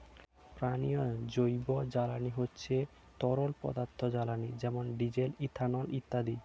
পানীয় জৈব জ্বালানি হচ্ছে তরল পদার্থ জ্বালানি যেমন ডিজেল, ইথানল ইত্যাদি